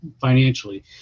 financially